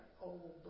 old